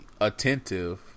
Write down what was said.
attentive